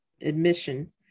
admission